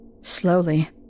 Slowly